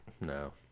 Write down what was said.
No